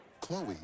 Chloe